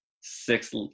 six